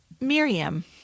Miriam